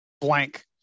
blank